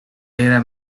era